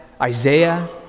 Isaiah